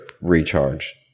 recharge